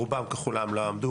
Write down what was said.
רובם ככולם לא עמדו,